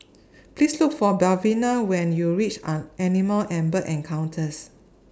Please Look For Melvina when YOU REACH An Animal and Bird Encounters